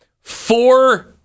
four